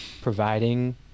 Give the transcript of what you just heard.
Providing